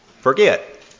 Forget